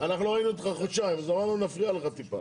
אומר ברוח הדברים שנכתבו בדברי ההסבר,